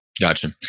Gotcha